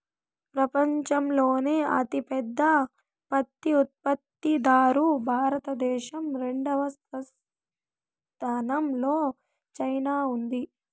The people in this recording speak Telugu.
పపంచంలోనే అతి పెద్ద పత్తి ఉత్పత్తి దారు భారత దేశం, రెండవ స్థానం లో చైనా ఉంది